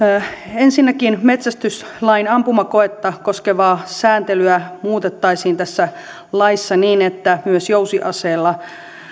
ensinnäkin metsästyslain ampumakoetta koskevaa sääntelyä muutettaisiin tässä laissa niin että myös jousiaseella